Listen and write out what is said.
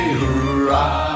hooray